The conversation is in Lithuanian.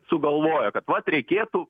sugalvojo kad vat reikėtų